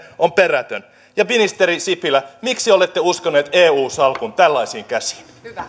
on perätön ministeri sipilä miksi olette uskonut eu salkun tällaisiin käsiin